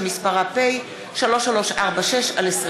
פ/3346/20.